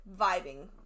vibing